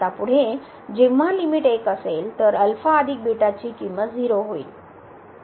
आता पुढे जेंव्हा लिमिट 1असेल तर होईल